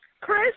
Chris